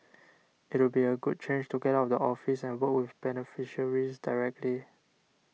it would be a good change to get out of the office and work with beneficiaries directly